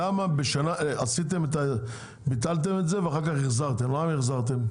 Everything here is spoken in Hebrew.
בשנה ביטלתם את זה ואחר כך החזרתם, למה החזרתם?